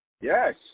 Yes